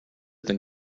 than